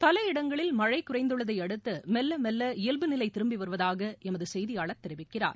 பல இடங்களில் மழை குறைந்துள்ளதை அடுத்து மெல்ல மெல்ல இயல்பு நிலை திரும்பி வருவதாக எமது செய்தியாளர் தெரிவிக்கிறார்